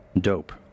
Dope